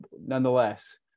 Nonetheless